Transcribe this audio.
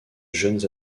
jeunes